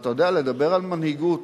אתה יודע, לדבר על מנהיגות,